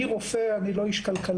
אני רופא, אני לא איש כלכלה.